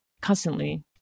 constantly